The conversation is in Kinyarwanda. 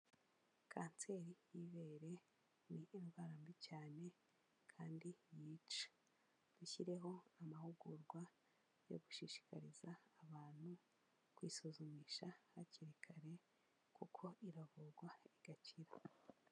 Kanseri y'ibere ni indwara mbi cyane kandi yica, dushyireho amahugurwa yo gushishikariza abantu kwisuzumisha hakiri kare kuko iravurwa igakira.